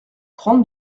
trente